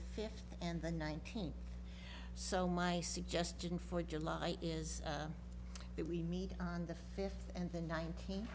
fifth and the nineteenth so my suggestion for july is that we meet on the fifth and the nineteenth